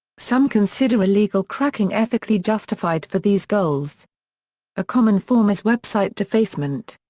some consider illegal cracking ethically justified for these goals a common form is website defacement.